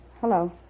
Hello